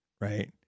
right